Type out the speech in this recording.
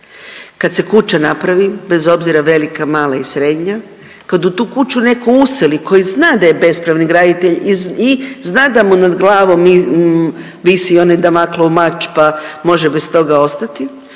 kad se kuća napravi bez obzira velika, mala i srednja, kad u tu kuću neko useli koji zna da je bespravni graditelj i zna da mu nad glavom visi onaj Damoklov mač, pa može bez toga ostati